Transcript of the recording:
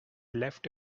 left